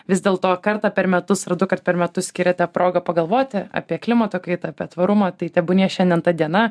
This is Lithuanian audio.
vis dėlto kartą per metus ar dukart per metus skiriate progą pagalvoti apie klimato kaitą apie tvarumą tai tebūnie šiandien ta diena